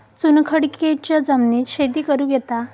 चुनखडीयेच्या जमिनीत शेती करुक येता काय?